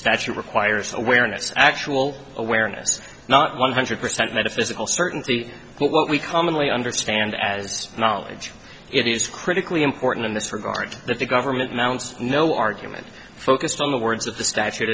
statute requires awareness actual awareness not one hundred percent metaphysical certainty but what we commonly understand as knowledge it is critically important in this regard that the government mounts no argument focused on the words of the statute